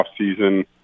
offseason